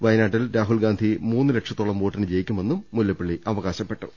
വയനാട്ടിൽ രാഹുൽഗാന്ധി മൂന്ന് ലക്ഷ ത്തോളം വോട്ടിന് ജയിക്കുമെന്നും മുല്ലപ്പള്ളി അവകാശപ്പെട്ടു